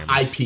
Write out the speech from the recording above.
IP